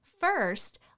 first